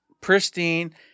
pristine